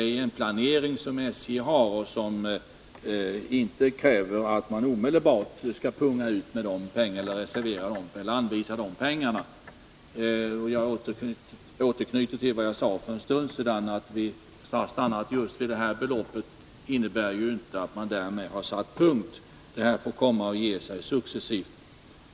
Det är en planering som SJ har och som inte kräver att man omedelbart skall använda de pengarna. Jag återknyter till vad jag sade för en stund sedan: att vi stannat vid just det här beloppet innebär inte att det därmed satts punkt. Det här får ge sig successivt.